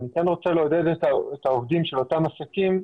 אני כן רוצה לעודד את העובדים של אותם עסקים,